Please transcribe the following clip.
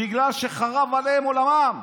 בגלל שחרב עליהן עולמן.